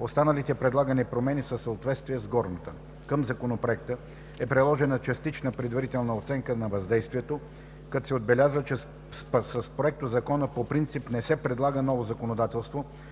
Останалите предлагани промени са в съответствие с горната. Към Законопроекта е приложена частична предварителна оценка на въздействието, като се отбелязва, че с Проектозакона по принцип не се предлага ново законодателство,